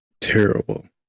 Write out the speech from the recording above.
terrible